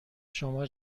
شما